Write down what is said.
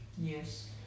Yes